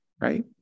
right